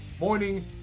morning